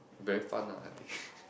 very fun ah I think